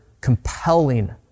compelling